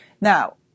Now